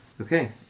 Okay